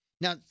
Now